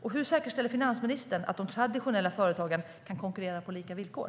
Och hur säkerställer finansministern att de traditionella företagen kan konkurrera på lika villkor?